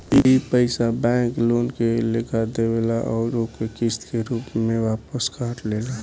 ई पइसा bank loan के लेखा देवेल अउर ओके किस्त के रूप में वापस काट लेला